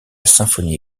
symphonie